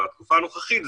בתקופה הנוכחית,